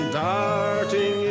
darting